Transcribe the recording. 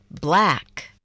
Black